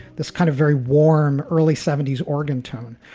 this kind of very warm early seventy s organ tone.